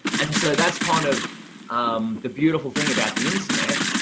and and so that's kind of um the beautiful thing about the internet.